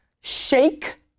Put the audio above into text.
shake